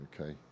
Okay